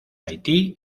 haití